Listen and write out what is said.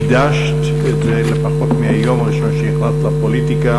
הקדשת לזה לפחות מהיום הראשון שנכנסת לפוליטיקה